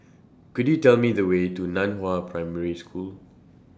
Could YOU Tell Me The Way to NAN Hua Primary School